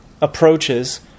approaches